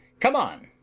come on!